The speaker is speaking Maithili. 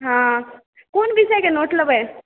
हँ कोन विषय के नोट लेबै